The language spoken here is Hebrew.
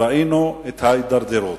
וראינו את ההידרדרות,